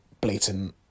blatant